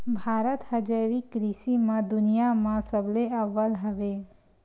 भारत हा जैविक कृषि मा दुनिया मा सबले अव्वल हवे